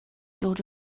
dod